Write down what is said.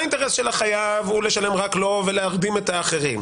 האינטרס של החייב הוא לשלם רק לו ולהרדים את האחרים.